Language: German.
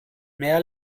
mehr